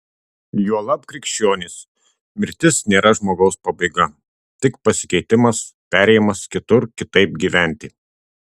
juolab krikščionys mirtis nėra žmogaus pabaiga tik pasikeitimas perėjimas kitur kitaip gyventi